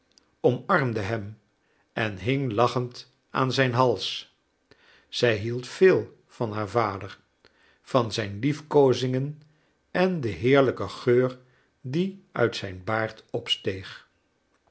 omarmde hem en hing lachend aan zijn hals zij hield veel van haar vader van zijn liefkozingen en den heerlijken geur die uit zijn baard opsteeg